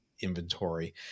inventory